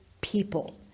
people